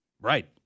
Right